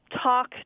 talk